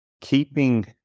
keeping